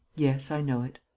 yes, i know it.